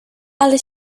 ale